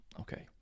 okay